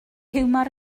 hiwmor